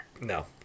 No